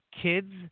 kids